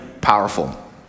powerful